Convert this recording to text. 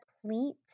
complete